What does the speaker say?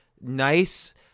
nice